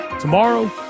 Tomorrow